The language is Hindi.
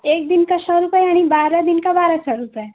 एक दिन का सौ रुपए यानि बारह दिन का बारह सौ रूपए